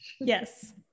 yes